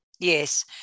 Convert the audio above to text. Yes